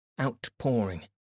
outpouring